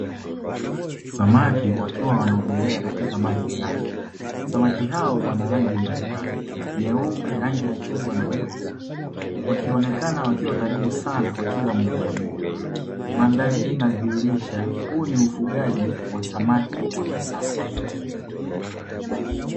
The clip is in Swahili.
Samaki wakiwa wanaogelea katika maji safi, samaki hao wana rangi mbalimbali: nyeupu, rangi ya chungwa na nyeusi; wakionekana wakiwa karibu sana kwa kila mmoja mmoja. Mandhari hii inadhihirisha huu ni ufugaji wa samaki wa kisasa.